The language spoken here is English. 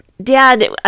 Dad